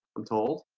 i'm told